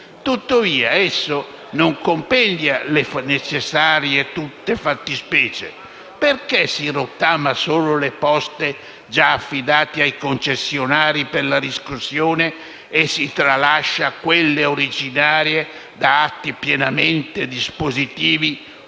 Tuttavia esso non compendia tutte le necessarie fattispecie. Perché si rottamano solo le poste già affidate ai concessionari per la riscossione e si tralasciano quelle originate da atti pienamente dispositivi e,